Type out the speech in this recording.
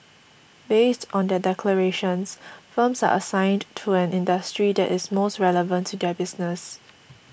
based on their declarations firms are assigned to an industry that is most relevant to their business